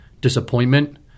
disappointment